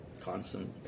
Constant